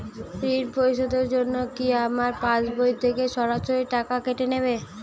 ঋণ পরিশোধের জন্য কি আমার পাশবই থেকে সরাসরি টাকা কেটে নেবে?